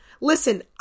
Listen